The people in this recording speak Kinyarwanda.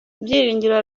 byiringiro